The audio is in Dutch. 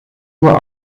naar